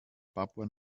papua